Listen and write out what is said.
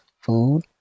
food